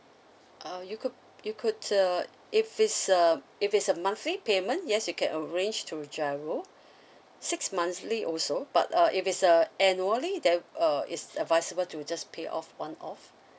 uh you could you could uh if it's uh if it's a monthly payment yes you can arrange to GIRO six monthly also but uh if it's a annually then uh it's advisable to just pay off one off